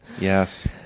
Yes